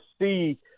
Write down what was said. see